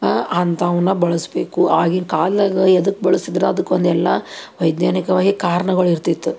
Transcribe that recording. ಅಂಥವನ್ನ ಬಳಸಬೇಕು ಆಗಿನ ಕಾಲದಾಗ ಎದಕ್ಕೆ ಬಳಸಿದ್ರು ಅದಕ್ಕೊಂದೆಲ್ಲ ವೈಜ್ಞಾನಿಕವಾಗಿಯೇ ಕಾರ್ಣಗಳು ಇರ್ತಿತ್ತು